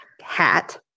hat